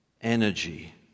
energy